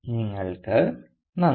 നിങ്ങൾക്ക് നന്ദി